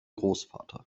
großvater